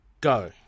go